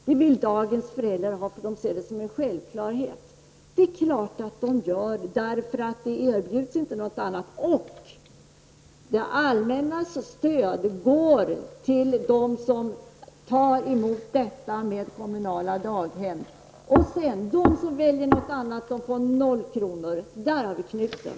Dagens föräldrar ser det som en självklarhet. Det är självklart att de gör detta eftersom de inte erbjuds något annat. De allmännas stöd går till dem som utnyttjar kommunala daghem. De som väljer något annat får 0 kr. Där ligger knuten.